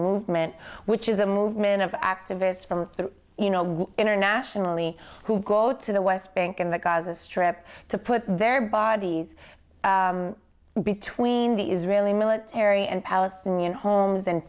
movement which is a movement of activists from the internationally who go to the west bank and the gaza strip to put their bodies between the israeli military and palestinian homes and